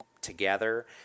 together